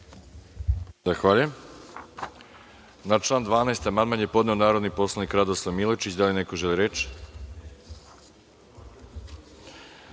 Hvala